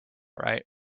right